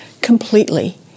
completely